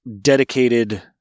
dedicated